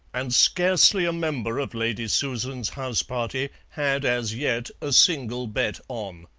and scarcely a member of lady susan's house-party had as yet a single bet on.